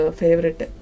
favorite